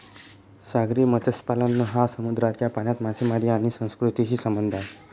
सागरी मत्स्यपालन हा समुद्राच्या पाण्यात मासेमारी आणि संस्कृतीशी संबंधित आहे